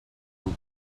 vous